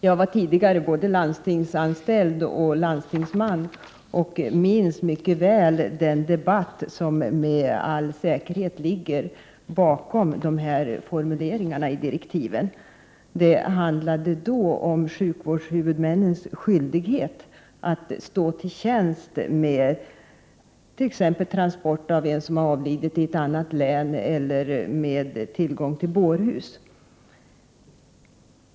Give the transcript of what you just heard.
Jag har tidigare varit både landstingsanställd och landstingsman och minns därför mycket väl den debatt som med all säkerhet ligger bakom de här formuleringarna i direktiven. Det handlade då om sjukvårdshuvudmännens skyldighet t.ex. när det gäller att stå till tjänst med transport av en som avlidit i ett annat län och när det gäller att ge tillgång till bårhus.